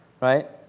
right